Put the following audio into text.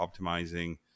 optimizing